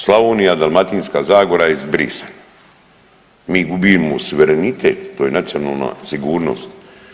Slavonija, Dalmatinska zagora je izbrisana, mi gubimo suverenitet to je nacionalna sigurnost.